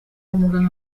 umuganga